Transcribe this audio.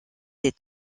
des